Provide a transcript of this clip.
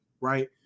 right